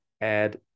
add